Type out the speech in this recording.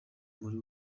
muri